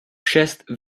šest